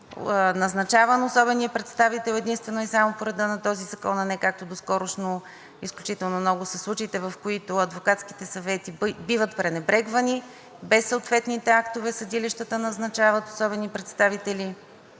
назначаван особеният представител единствено и само по реда на този закон, а не както доскоро. Изключително много са случаите, в които адвокатските съвети биват пренебрегвани, без съответните актове съдилищата назначават особени представители.